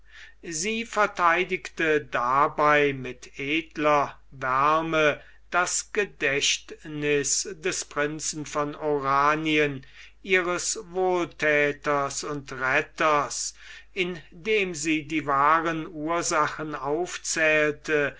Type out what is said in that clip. sie vertheidigte dabei mit edler wärme das gedächtniß des prinzen von oranien ihres wohlthäters und retters indem sie die wahren ursachen aufzählte